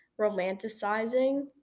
romanticizing